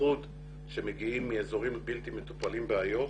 במיוחד כאלה שמגיעים מאזורים בלתי מטופלים באיו"ש.